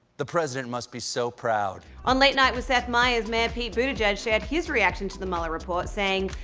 the president must be so proud. on late night with seth meyers mayor pete buttigieg shared his reaction to the mueller report saying,